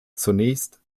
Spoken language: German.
zunächst